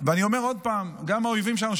ואני אומר עוד פעם: גם האויבים שלנו,